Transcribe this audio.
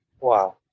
wow